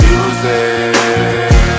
Music